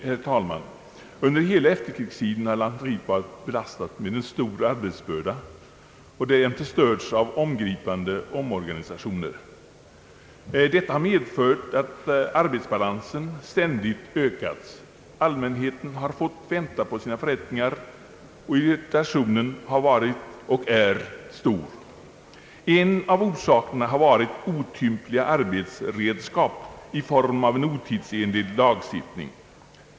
Herr talman! Under hela efterkrigstiden har lantmäteriet varit belastat av en stor arbetsbörda och därjämte störts av omgripande omorganisationer. Detta har medfört att arbetsbalansen ständigt ökats, allmänheten har fått vänta på sina förrättningar, och irritationen har varit och är stor. En av orsakerna har varit otympliga arbetsredskap i form av en otidsenlig lagstiftning.